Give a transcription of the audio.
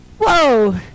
Whoa